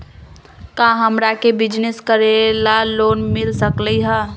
का हमरा के बिजनेस करेला लोन मिल सकलई ह?